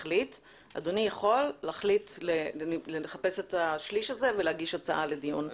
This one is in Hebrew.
אדוני יכול לחפש את השליש הזה ולהגיש הצעה לדיון נוסף.